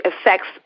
affects